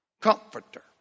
comforter